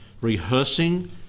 rehearsing